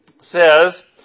says